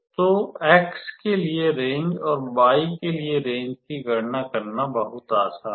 तो x के लिए रेंजरेंज और y के लिए रेंज की गणना करना बहुत आसान है